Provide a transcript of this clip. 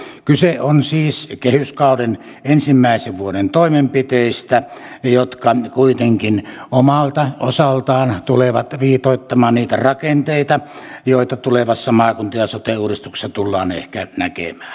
kyse on siis kehyskauden ensimmäisen vuoden toimenpiteistä jotka kuitenkin omalta osaltaan tulevat viitoittamaan niitä rakenteita joita tulevassa maakunta ja sote uudistuksessa tullaan ehkä näkemään